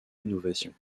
innovations